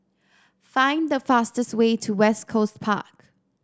find the fastest way to West Coast Park